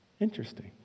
interesting